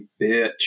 bitch